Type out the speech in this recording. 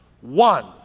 one